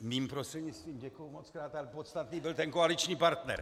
Mým prostřednictvím, děkuji mockrát, ale podstatný byl ten koaliční partner.